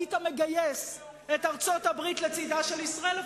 היית מגייס את ארצות-הברית לצדה של ישראל.